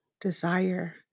desire